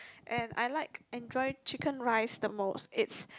and I like enjoy Chicken Rice the most it's